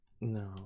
No